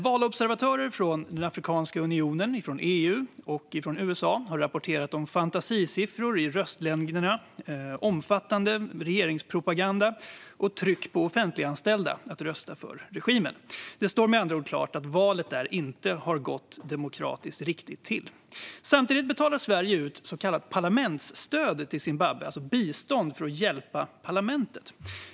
Valobservatörer från Afrikanska unionen, från EU och från USA har rapporterat om fantasisiffror i röstlängderna, omfattande regeringspropaganda och tryck på offentliganställda att rösta på regimen. Det står med andra ord klart att valet inte har gått demokratiskt riktigt till. Samtidigt betalar Sverige ut så kallat parlamentsstöd till Zimbabwe, alltså bistånd för att hjälpa parlamentet.